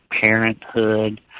parenthood